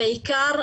בעיקר,